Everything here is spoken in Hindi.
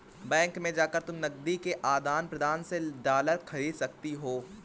बैंक में जाकर तुम नकदी के आदान प्रदान से डॉलर खरीद सकती हो